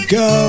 go